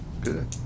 good